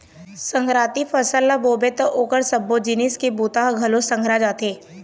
संघराती फसल ल बोबे त ओखर सबो जिनिस के बूता ह घलोक संघरा जाथे